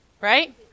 Right